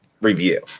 review